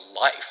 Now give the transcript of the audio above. life